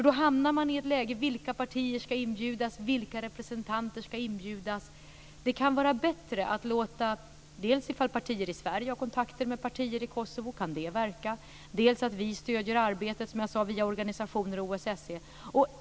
Då hamnar man i ett läge då man måste fråga sig vilka partier som inbjudas, vilka representanter ska inbjudas. Det kan vara bättre dels att låta partier i Sverige ha kontakter med partier i Kosovo och se om det kan verka, dels att vi stöder arbetet via organisationer och OSSE.